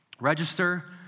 Register